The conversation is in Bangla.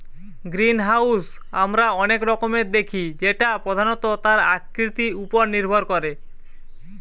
গ্রিনহাউস আমরা অনেক রকমের দেখি যেটা প্রধানত তার আকৃতি উপর নির্ভর করে